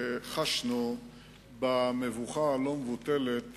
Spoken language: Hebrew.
וחשנו במבוכה הלא-מבוטלת